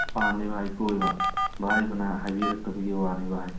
ꯄꯥꯝꯃꯦ ꯚꯥꯏ ꯀꯣꯏꯕ ꯚꯥꯏ ꯍꯣꯏꯅ ꯍꯥꯏꯕꯤꯔꯛꯇꯕꯒꯤ ꯋꯥꯅꯦ ꯚꯥꯏ